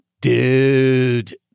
Dude